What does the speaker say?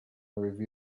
review